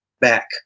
back